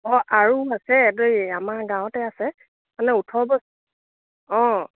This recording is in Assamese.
অঁ আৰু আছে দেই আমাৰ গাঁৱতে আছে মানে ওঠৰ বছৰ অঁ